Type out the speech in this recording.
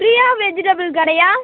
Priya vegetable கடையா